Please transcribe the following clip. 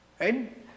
Right